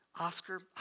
Oscar